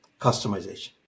customization